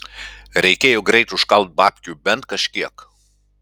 reikėjo greit užkalt babkių bent kažkiek